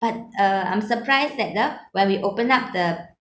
but uh I'm surprised that you know when we open up the